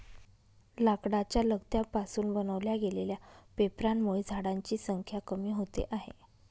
लाकडाच्या लगद्या पासून बनवल्या गेलेल्या पेपरांमुळे झाडांची संख्या कमी होते आहे